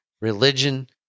religion